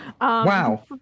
Wow